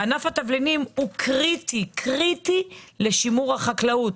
ענף התבלינים הוא קריטי לשימור החקלאות.